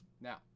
Now